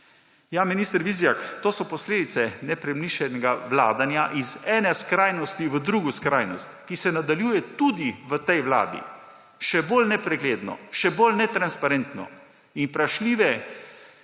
Minister Vizjak, to so posledice nepremišljenega vladanja iz ene skrajnosti v drugo skrajnost, ki se nadaljuje tudi v tej vladi še bolj nepregledno, še bolj netransparentno, in te vprašljive